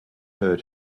her